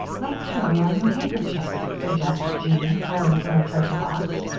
let's carry our new handkerchiefs, suggested jean, going to her treasure box.